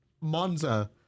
Monza